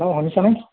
অ' শুনিছানে